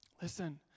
Listen